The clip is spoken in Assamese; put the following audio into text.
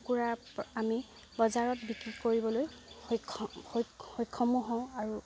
কুকুুৰাৰ আমি বজাৰত বিক্ৰী কৰিবলৈ সক্ষম সক্ষমো হওঁ আৰু